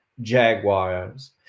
Jaguars